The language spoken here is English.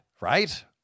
right